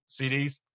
CDs